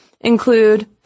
include